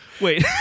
wait